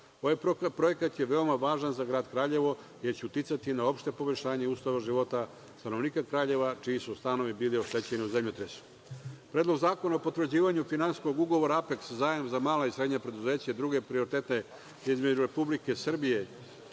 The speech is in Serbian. projekat je veoma važan za Grad Kraljevo, jer će uticati na opšte poboljšanje uslova života stanovnike Kraljeva čiji su stanovi bili oštećeni u zemljotresu. Predlog zakona o potvrđivanju finansijskog ugovora „Apeks“ zajam za mala i srednja preduzeća i druge prioritete između Republike Srbije